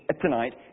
tonight